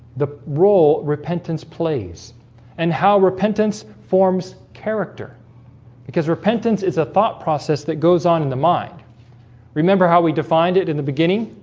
the role repentance plays and how repentance forms character because repentance is a thought process that goes on in the mind remember how we defined it in the beginning?